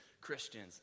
Christians